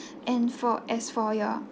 and for as for your